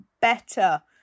better